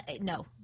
No